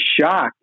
shocked